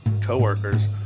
coworkers